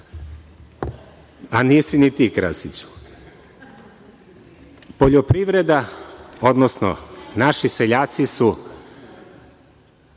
A, nisi ni ti Krasiću. Poljoprivreda, odnosno naši seljaci su